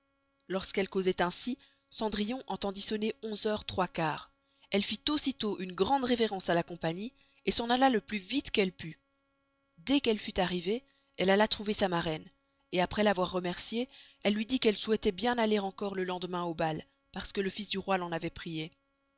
lorsqu'elles causoient ainsi cendrillon entendit sonner onze heures trois quarts elle fit aussi tost une grande reverence à la compagnie s'en alla le plus viste qu'elle pût dés qu'elle fut arrivée elle alla trouver sa maraine aprés ravoir remerciée elle luy dit qu'elle souhaiteroit bien aller encore le lendemain au bal parce que le fils du roi l'en avoit priée